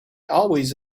always